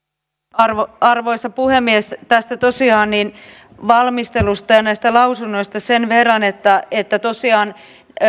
arvoisa arvoisa puhemies tästä valmistelusta ja näistä lausunnoista sen verran että että tosiaan